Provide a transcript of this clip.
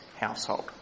household